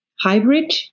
hybrid